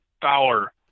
Fowler